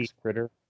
critter